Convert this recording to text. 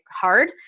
hard